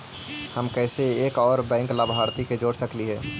हम कैसे एक और बैंक लाभार्थी के जोड़ सकली हे?